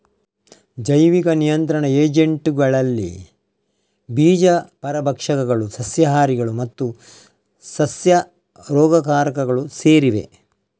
ಜೈವಿಕ ನಿಯಂತ್ರಣ ಏಜೆಂಟುಗಳಲ್ಲಿ ಬೀಜ ಪರಭಕ್ಷಕಗಳು, ಸಸ್ಯಹಾರಿಗಳು ಮತ್ತು ಸಸ್ಯ ರೋಗಕಾರಕಗಳು ಸೇರಿವೆ